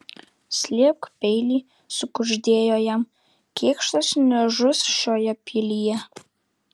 slėpk peilį sukuždėjo jam kėkštas nežus šioje pilyje